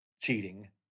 cheating